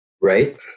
Right